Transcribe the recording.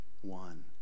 one